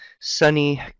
sunny